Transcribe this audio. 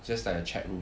just like a chat room